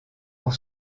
pour